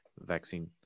vaccine